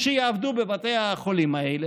שיעבדו בבתי החולים האלה,